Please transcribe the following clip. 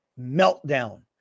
meltdown